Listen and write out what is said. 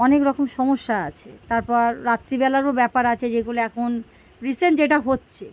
অনেকরকম সমস্যা আছে তারপর রাত্রিবেলারও ব্যাপার আছে যেগুলো এখন রিসেন্ট যেটা হচ্ছে